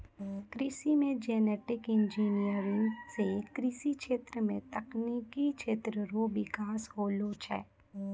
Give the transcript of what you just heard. कृषि मे genetic engineer से कृषि क्षेत्र मे तकनिकी क्षेत्र रो बिकास होलो छै